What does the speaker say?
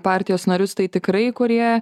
partijos narius tai tikrai kurie